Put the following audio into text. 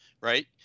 right